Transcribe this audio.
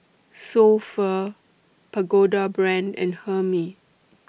So Pho Pagoda Brand and Hermes